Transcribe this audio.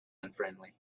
unfriendly